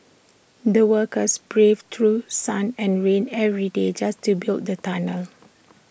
the workers braved through sun and rain every day just to build the tunnel